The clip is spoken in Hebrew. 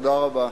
תודה רבה.